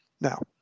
Now